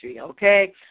okay